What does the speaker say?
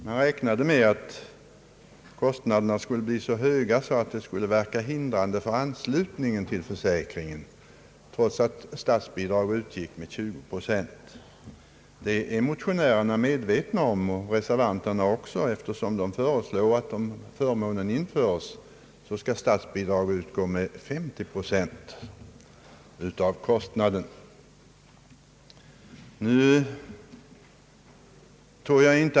Man räknade med att dessa skulle bli så höga att de skulle hämma anslutningen till försäkringen, trots att statsbidrag utgick med 20 procent. Det är motionärerna och reservanterna medvetna om, eftersom de föreslår att statsbidrag skall utgå med 50 procent av kostnaden, om förmånen infördes.